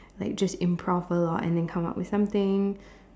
like just improve a lot and then come up with something